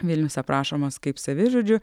vilnius aprašomas kaip savižudžių